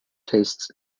tastes